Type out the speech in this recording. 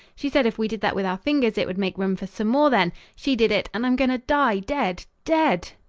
she said if we did that with our fingers it would make room for some more then. she did it, and i'm going to die dead dead!